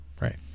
right